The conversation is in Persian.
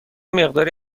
مقداری